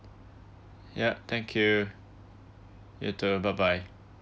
ya thank you you too bye bye